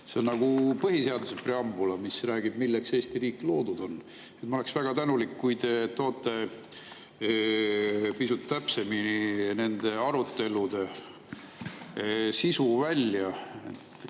See on nagu põhiseaduse preambula, mis räägib, milleks Eesti riik loodud on. Ma oleksin väga tänulik, kui te tooksite pisut täpsemini nende arutelude sisu välja.